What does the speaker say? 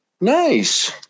Nice